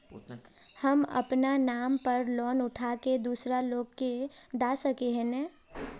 हम अपना नाम पर लोन उठा के दूसरा लोग के दा सके है ने